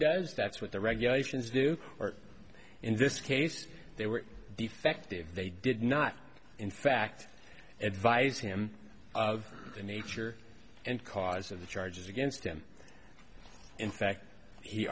does that's what the regulations do in this case they were defective they did not in fact advise him of the nature and cause of the charges against him in fact he